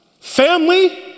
Family